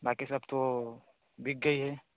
बाक़ी सब तो बिक गई हैं